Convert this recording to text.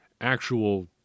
actual